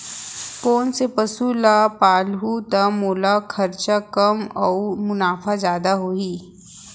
कोन से पसु ला पालहूँ त मोला खरचा कम अऊ मुनाफा जादा होही?